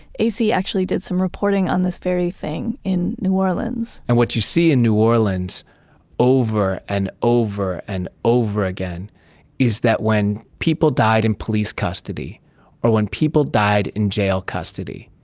a c. actually did some reporting on this very thing in new orleans and what you see in new orleans over and over and over again is that when people died in police custody or when people died in jail custody,